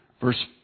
Verse